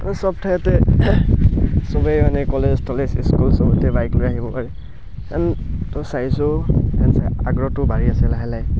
আৰু চব ঠাইতে চবেই মানে কলেজ তলেজ স্কুল চবতে বাইক লৈ আহিব পাৰে কাৰণ তো চাইছোঁ আগ্ৰহটো বাঢ়ি আছে লাহে লাহে